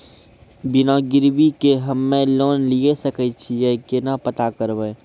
बिना गिरवी के हम्मय लोन लिये सके छियै केना पता करबै?